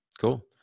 Cool